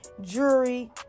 jewelry